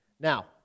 Now